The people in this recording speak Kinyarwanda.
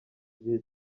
gihe